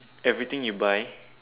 everything you buy